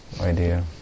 idea